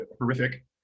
horrific